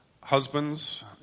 husbands